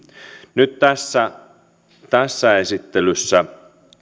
nyt tässä tässä esittelyssä